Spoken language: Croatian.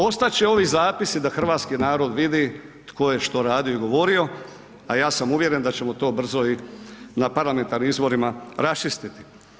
Ostat će ovi zapisi da hrvatski narod vidi tko je što radio i govorio, a ja sam uvjeren da ćemo to brzo i na parlamentarnim izborima raščistiti.